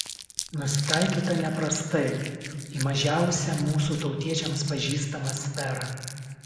nusitaikyta neprastai į mažiausią mūsų tautiečiams pažįstamą sferą